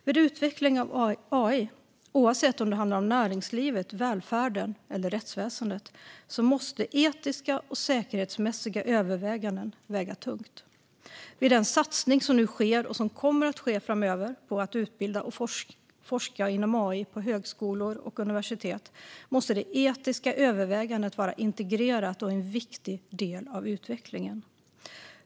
Vid utvecklingen av AI, oavsett om det handlar om näringslivet, välfärden eller rättsväsendet, måste etiska och säkerhetsmässiga överväganden väga tungt. Vid den satsning som nu sker, och som kommer att ske framöver, på att utbilda och forska inom AI på högskolor och universitet måste det etiska övervägandet vara integrerat och en viktig del av utvecklingen.